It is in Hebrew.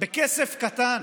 בכסף קטן.